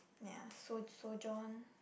ya so so John